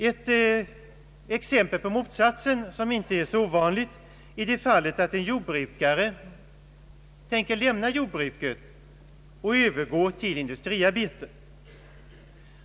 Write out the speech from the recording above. Ett exempel på motsatsen, som inte är så ovanligt, är det fallet att en jordbrukare tänker lämna jordbruket och övergå till industriarbete.